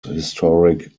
historic